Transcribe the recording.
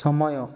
ସମୟ